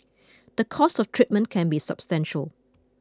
the cost of treatment can be substantial